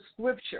scripture